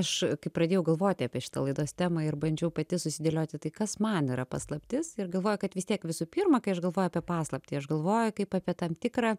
aš kai pradėjau galvoti apie šitą laidos temą ir bandžiau pati susidėlioti tai kas man yra paslaptis ir galvoju kad vis tiek visų pirma kai aš galvoju apie paslaptį aš galvoju kaip apie tam tikrą